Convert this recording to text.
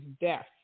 death